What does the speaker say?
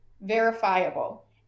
verifiable